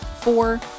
Four